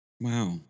Wow